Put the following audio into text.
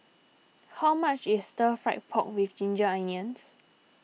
how much is Stir Fried Pork with Ginger Onions